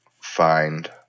find